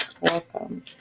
welcome